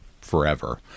forever